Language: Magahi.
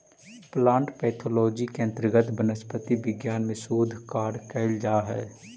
प्लांट पैथोलॉजी के अंतर्गत वनस्पति विज्ञान में शोध कार्य कैल जा हइ